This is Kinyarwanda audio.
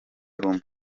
rumwe